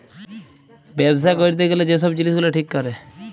ব্যবছা ক্যইরতে গ্যালে যে ছব জিলিস গুলা ঠিক ক্যরে